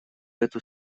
эту